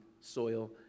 soil